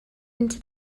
into